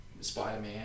Spider-Man